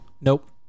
nope